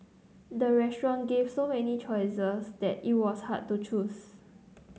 the restaurant gave so many choices that it was hard to choose